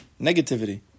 negativity